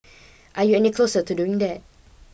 are you any closer to doing that